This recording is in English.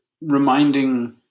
reminding